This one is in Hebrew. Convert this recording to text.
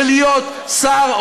ולהיות שר,